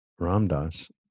Ramdas